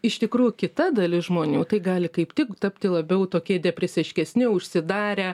iš tikrųjų kita dalis žmonių tai gali kaip tik tapti labiau tokie depresiškesni užsidarę